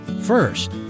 First